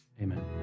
Amen